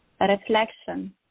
reflection